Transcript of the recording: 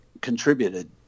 contributed